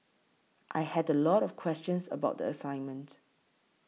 I had a lot of questions about the assignment